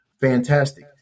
fantastic